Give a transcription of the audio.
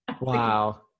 Wow